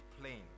plain